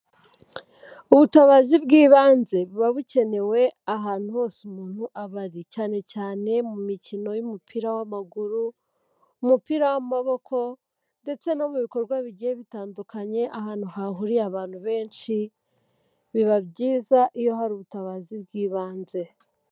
Ubutabazi bw'ibanze buba bukenewe ahantu hose umuntu aba ari. Cyane cyane mu mikino y'umupira w'amaguru, mu mupira w'amaboko, ndetse no mu bikorwa bigiye bitandukanye, ahantu hahuriye abantu benshi, biba byiza iyo hari ubutabazi bw'ibanze.